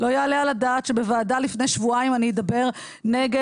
לא יעלה על הדעת שבוועדה לפני שבועיים אני אדבר נגד